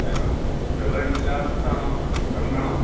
വേണം വെള്ളം ഇല്ലാത്തത് ആണോ വെള്ളം വേണോ